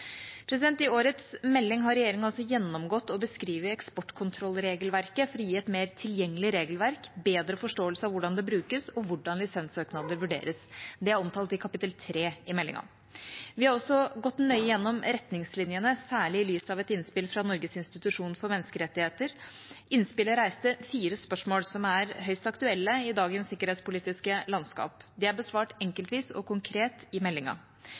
I årets melding har regjeringa gjennomgått og beskrevet eksportkontrollregelverket for å gi et mer tilgjengelig regelverk, bedre forståelse av hvordan det brukes, og hvordan lisenssøknader vurderes. Det er omtalt i kapittel 3 i meldinga. Vi har også gått nøye gjennom retningslinjene, særlig i lys av et innspill fra Norges institusjon for menneskerettigheter. Innspillet reiste fire spørsmål som er høyst aktuelle i dagens sikkerhetspolitiske landskap. De er besvart enkeltvis og konkret i meldinga.